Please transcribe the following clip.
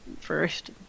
first